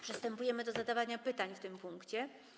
Przystępujemy do zadawania pytań w tym punkcie.